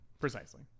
precisely